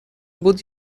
بود